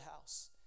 house